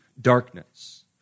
darkness